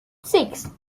six